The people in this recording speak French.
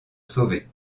sauvé